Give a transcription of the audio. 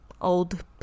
old